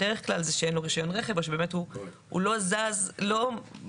בדרך כלל זה שאין לו רישיון רכב או שהוא לא זז לא פיזית